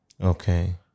Okay